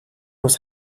was